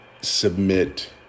submit